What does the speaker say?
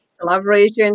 collaboration